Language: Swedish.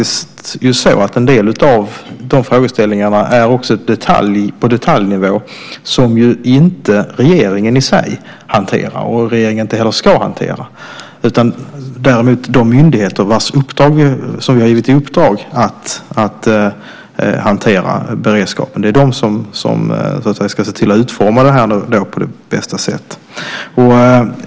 Samtidigt är en del av de frågorna på en detaljnivå som ju inte regeringen i sig hanterar och inte heller ska hantera. Det är de myndigheter som vi har gett i uppdrag att hantera beredskapen som ska se till att utforma det hela på bästa sätt.